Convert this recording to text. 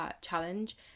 challenge